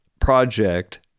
project